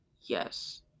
yes